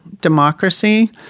democracy